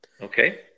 Okay